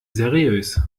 seriös